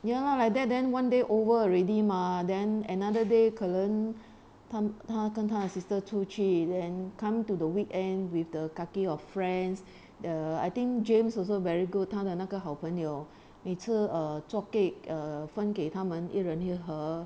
ya lah like that then one day over already mah then another day 可能她她跟她的 sister 出去 then come to the weekend with the kaki or friends err I think james also very good 他的那个好朋友每次 err 做 cake err 分给他们一人一盒